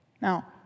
Now